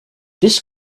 this